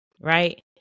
right